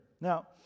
Now